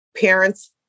parents